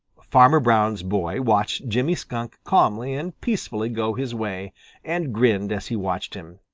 farmer brown's boy watched jimmy skunk calmly and peacefully go his way and grinned as he watched him.